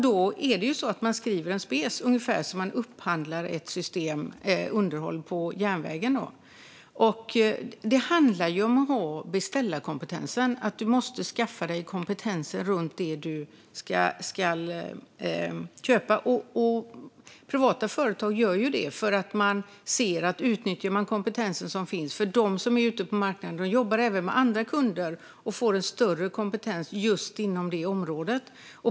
Man skriver då en specifikation, ungefär som när man upphandlar underhåll av järnvägen. Det handlar om att ha beställarkompetens. Du måste skaffa dig kompetens runt det du ska köpa. Privata företag gör detta för att utnyttja den kompetens som finns. De som är ute på marknaden jobbar ju även med andra kunder och får då en större kompetens inom just det området.